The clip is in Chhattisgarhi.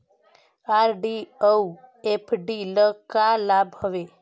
आर.डी अऊ एफ.डी ल का लाभ हवे?